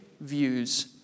views